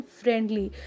friendly